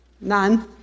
None